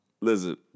Listen